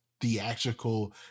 theatrical